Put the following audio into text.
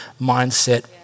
mindset